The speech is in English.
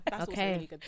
okay